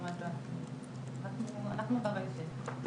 אנחנו ברשת.